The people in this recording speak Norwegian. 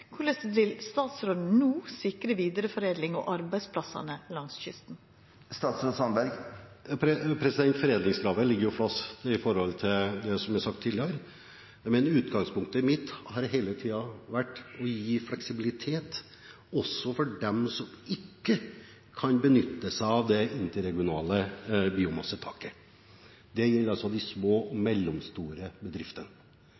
Korleis vil statsråden no, med den tilknytinga alle har til to produksjonsområde utan krav til vidareforedling, sikra vidareforedling og arbeidsplassar langs kysten? Foredlingskravet ligger fast i forhold til det som er sagt tidligere, men utgangspunktet mitt har hele tiden vært å gi fleksibilitet også for dem som ikke kan benytte seg av det interregionale biomasseuttaket. Det gjelder altså de små og